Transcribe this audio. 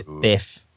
biff